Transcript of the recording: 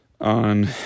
on